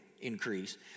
increase